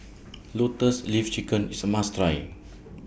Lotus Leaf Chicken IS A must Try